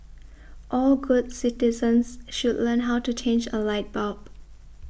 all good citizens should learn how to change a light bulb